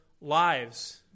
lives